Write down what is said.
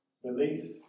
Belief